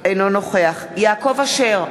אינו נוכח יעקב אשר,